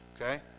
Okay